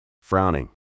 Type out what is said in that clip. Frowning